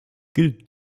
gilt